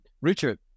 Richard